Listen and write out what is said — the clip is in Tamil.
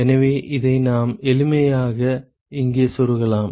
எனவே இதை நாம் எளிமையாக இங்கே செருகலாம்